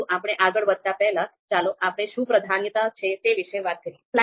પરંતુ આપણે આગળ વધતા પહેલા ચાલો આપણે શું પ્રાધાન્યતા છે તે વિશે વાત કરીએ